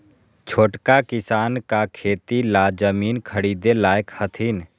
छोटका किसान का खेती ला जमीन ख़रीदे लायक हथीन?